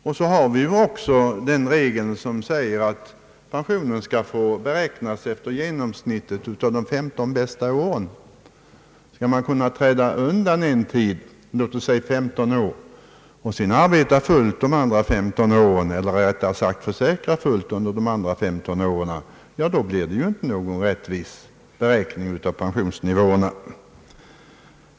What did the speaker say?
Vidare har vi regeln att pension skall få beräknas efter genomsnittsinkomsten under de 15 bästa åren. Skall man kunna träda undan en tid, låt oss säga 15 år, och sedan försäkra fullt under följande 15 år, blir det ju inte någon rättvis beräkning av pensionsnivåerna.